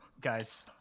Guys